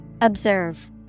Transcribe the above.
Observe